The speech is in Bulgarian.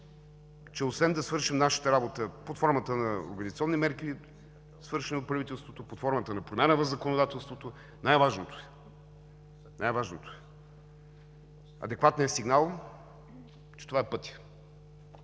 че освен да свършим нашата работа под формата на организационни мерки, свършени от правителството, под формата на промяна в законодателството, най-важното е адекватният сигнал, че това е пътят.